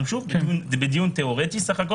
שוב, מדובר בדיון תיאורטי.